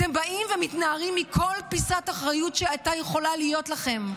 אתם באים ומתנערים מכל פיסת אחריות שהייתה יכולה להיות לכם.